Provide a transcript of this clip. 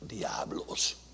diablos